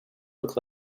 looked